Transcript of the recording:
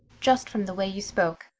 just from the way you spoke.